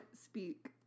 Speak